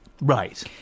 Right